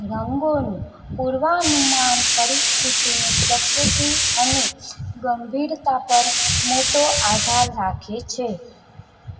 રંગોનું પૂર્વાનુમાન પરિસ્થિતિની પ્રકૃતિ અને ગંભીરતા પર મોટો આધાર રાખે છે